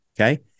Okay